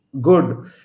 good